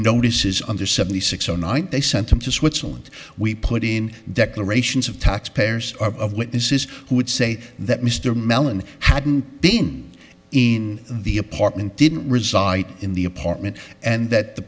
notices under seventy six zero nine they sent them to switzerland we put in declarations of taxpayers of witnesses who would say that mr mellon hadn't been in the apartment didn't reside in the apartment and th